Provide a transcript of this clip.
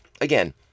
again